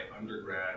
undergrad